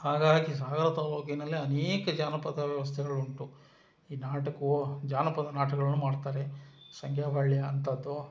ಹಾಗಾಗಿ ಸಾಗರ ತಾಲೂಕಿನಲ್ಲಿ ಅನೇಕ ಜಾನಪದ ವ್ಯವಸ್ಥೆಗಳುಂಟು ಈ ನಾಟಕವೊ ಜಾನಪದ ನಾಟಕಗಳನ್ನೂ ಮಾಡ್ತಾರೆ ಸಂಗ್ಯಾಬಾಳ್ಯಾ ಅಂಥದ್ದು